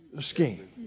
scheme